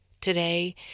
Today